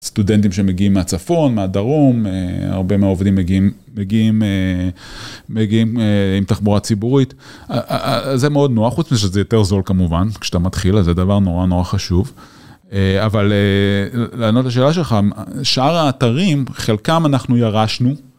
סטודנטים שמגיעים מהצפון, מהדרום, הרבה מהעובדים מגיעים מגיעים מגיעים עם תחבורה ציבורית. זה מאוד נוח, חוץ מזה שזה יותר זול כמובן, כשאתה מתחיל, אז זה דבר נורא נורא חשוב. אבל לענות לשאלה שלך, שאר האתרים, חלקם אנחנו ירשנו.